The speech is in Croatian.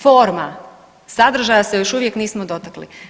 Forma, sadržaja se još uvijek nismo dotakli.